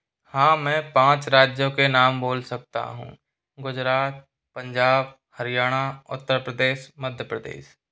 हाँ मैं पाँच राज्यों के नाम बोल सकता हूँ गुजरात पंजाब हरियाणा उत्तर प्रदेश मध्य प्रदेश